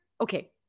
okay